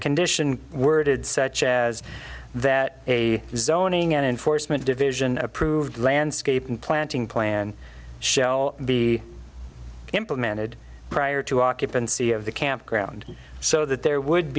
condition worded such as that a zoning enforcement division approved landscaping planting plan shall be implemented prior to occupancy of the campground so that there would